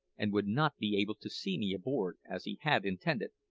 and would not be able to see me aboard, as he had intended.